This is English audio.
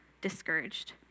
discouraged